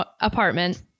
apartment